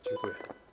Dziękuję.